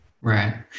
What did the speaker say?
Right